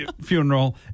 funeral